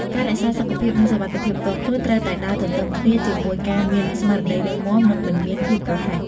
ការរក្សាសុខភាពនិងសុវត្ថិភាពផ្ទាល់ខ្លួនត្រូវតែដើរទន្ទឹមគ្នាជាមួយការមានស្មារតីរឹងមាំនិងមិនមានភាពប្រហែស។